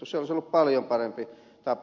se olisi ollut paljon parempi tapa